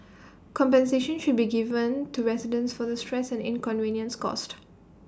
compensation should be given to residents for the stress and inconvenience caused